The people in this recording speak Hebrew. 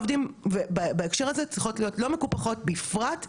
בפרט שאני יודעת מה הולך להיות אחרי ה- 30 ביוני